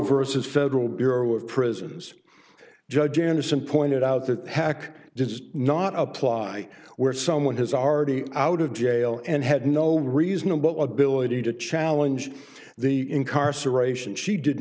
of prisons judge innocent pointed out that hack does not apply where someone has already out of jail and had no reasonable ability to challenge the incarceration she did